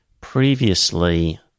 Previously